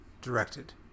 directed